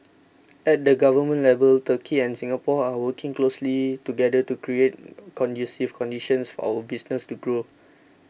at the government level Turkey and Singapore are working closely together to create conducive conditions for our businesses to grow